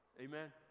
Amen